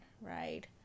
right